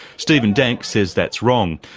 stephen dank says that's wrong,